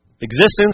existence